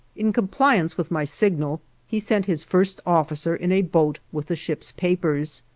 in compliance with my signal he sent his first officer in a boat with the ship's papers.